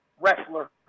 wrestler